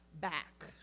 back